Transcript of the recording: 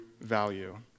value